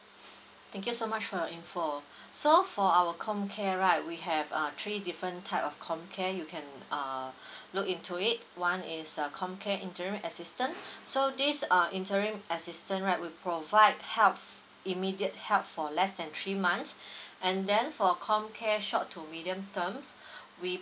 thank you so much for your I_N_F_O so for our comcare right we have uh three different type of comcare you can uh look into it one is a comcare injury assistance so this uh insurance assistanace right will provide help immediate help for less than three months and then for comcare short to medium terms we